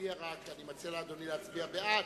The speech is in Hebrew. מציע לאדוני להצביע בעד,